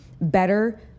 better